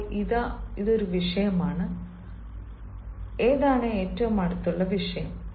ഇപ്പോൾ ഇതാ ഒരു വിഷയമാണ് ഏതാണ് ഏറ്റവും അടുത്തുള്ള വിഷയം